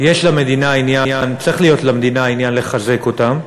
למדינה עניין, צריך להיות למדינה עניין לחזק אותם.